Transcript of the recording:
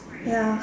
ya